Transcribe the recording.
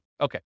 Okay